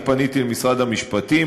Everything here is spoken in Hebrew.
אני פניתי למשרד המשפטים,